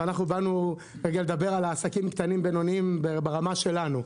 ואנחנו באנו לדבר רגע על העסקים הקטנים והבינוניים ברמה שלנו,